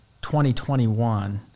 2021